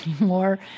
anymore